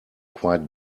quite